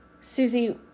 Susie